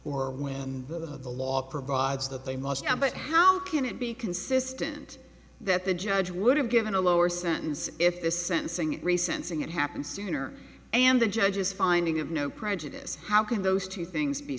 or when the the law provides that they must and but how can it be consistent that the judge would have given a lower sentence if the sentencing recent sing it happened sooner and the judge's finding of no prejudice how can those two things be